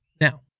Now